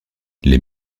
les